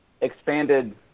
expanded